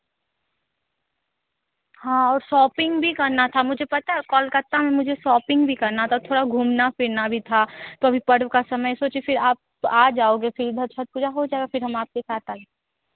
हाँ और शॉपिंग भी करना था मुझे पता है कोलकत्ता में मुझे शॉपिंग भी करना थोड़ा घूमना फिरना भी था तो अभी पर्व का समय सोची फिर आप आ जाओगे फिर इधर छठ पूजा हो जाएगा फिर हम आपके साथ आए